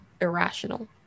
irrational